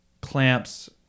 clamps